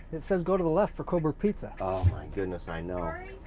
it says go to the left for coburg pizza. oh my goodness, i know.